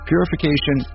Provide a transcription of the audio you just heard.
purification